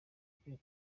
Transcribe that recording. ukwiye